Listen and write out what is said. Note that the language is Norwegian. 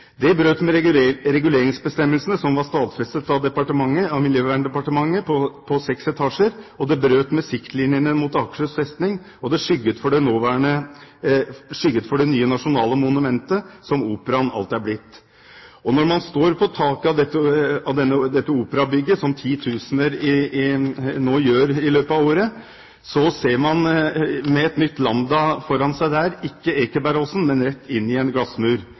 Det brøt med reguleringsbestemmelsene, som var stadfestet av Miljøverndepartementet på seks etasjer, det brøt med siktlinjene mot Akershus festning, og det skygget for det nye nasjonale monumentet som Operaen alt er blitt. Når man står på taket av dette operabygget, som titusener nå gjør i løpet av året, ser man med et nytt Lambda foran seg der ikke Ekebergåsen, men rett inn i en